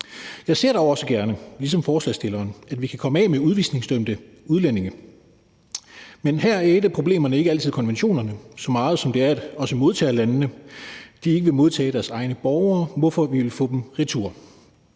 Jeg ser dog også gerne, ligesom forslagsstillerne, at vi kan komme af med udvisningsdømte udlændinge, men her er et af problemerne ikke altid så meget konventionerne, som det også er, at modtagerlandene ikke vil modtage deres egne borgere, hvorfor vi vil få dem retur.